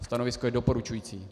Stanovisko je doporučující.